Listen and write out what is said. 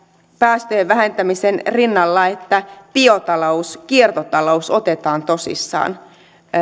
päästöjen vähentämisen rinnalla myöskin se että biotalous kiertotalous otetaan tosissaan